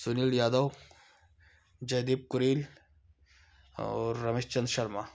सुनील यादव जयदेव कुरेल और रमेश चंद शर्मा